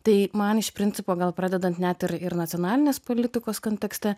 tai man iš principo gal pradedant net ir ir nacionalinės politikos kontekste